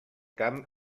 camp